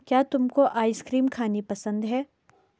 क्या तुमको आइसक्रीम खानी पसंद है?